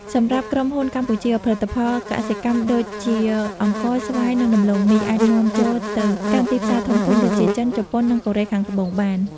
សម្រាប់ក្រុមហ៊ុនកម្ពុជា ផលិតផលកសិកម្មដូចជា អង្ករ ស្វាយ និងដំឡូងមី អាចនាំចូលទៅកាន់ទីផ្សារធំៗដូចជា ចិន ជប៉ុន និងកូរ៉េខាងត្បូងបាន។